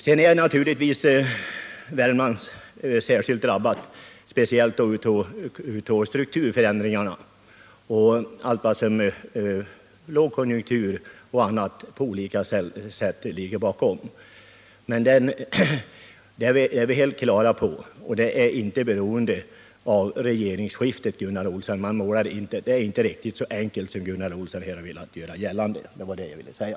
Nu är naturligtvis Värmland särskilt drabbat, speciellt då av strukturförändringarna och allt vad som genom lågkonjunktur och annat på olika sätt ligger bakom. Men det är vi helt klara över, och det är inte beroende på regeringsskiftet, Gunnar Olsson. Det är inte riktigt så enkelt som Gunnar Olsson här velat göra gällande —-det var det jag ville säga.